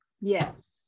yes